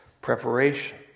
preparation